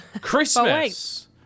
Christmas